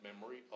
memory